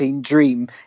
Dream